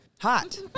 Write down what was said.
hot